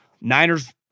Niners